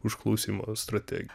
užklausimo strategija